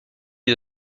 est